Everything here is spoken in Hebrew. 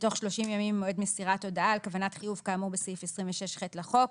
בתוך 30 ימים ממועד מסירת ההודעה על כוונת חיוב כאמור בסעיף 26ח לחוק.